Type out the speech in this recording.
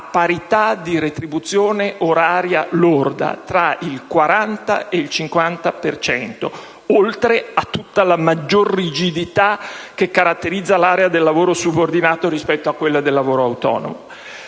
parità di retribuzione oraria lorda, tra il 40 e il 50 per cento, oltre a tutta la maggior rigidità che caratterizza l'area del lavoro subordinato rispetto a quella del lavoro autonomo.